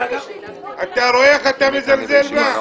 אתה רואה איך אתה מזלזל בה?